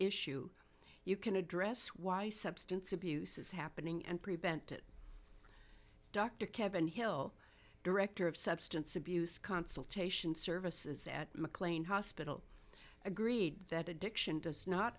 issue you can address why substance abuse is happening and prevent it dr kevin hill director of substance abuse consultation services at mclean hospital agreed that addiction does not